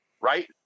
right